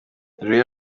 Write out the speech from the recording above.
areruya